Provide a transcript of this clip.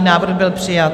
Návrh byl přijat.